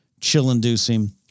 chill-inducing